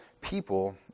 people